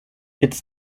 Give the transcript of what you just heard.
its